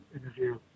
interview